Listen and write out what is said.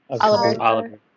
Oliver